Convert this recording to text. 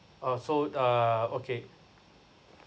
oh so uh okay